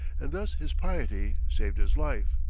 and thus his piety saved his life,